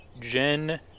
Jen